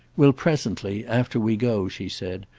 we'll presently, after we go, she said,